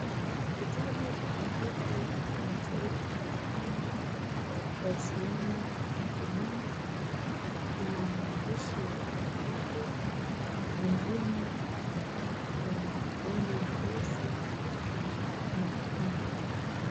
Kitabu takatifu kinachoitwa Quran. Waislamu hutumia, kina maandishi ya kiarabu mengine yenye rangi nyeusi na nyekundu.